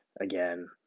again